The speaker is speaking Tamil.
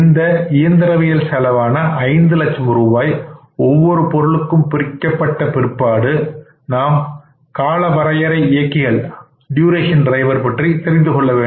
இந்த இயந்திரவியல் செலவான ஐந்து லட்சம் ரூபாய் ஒவ்வொரு பொருளுக்கும் பிரிக்கப்பட்ட பிற்பாடு நாம் காலவரையறை இயக்கிகள் பற்றி தெரிந்து கொள்ள வேண்டும்